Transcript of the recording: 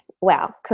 wow